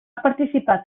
participat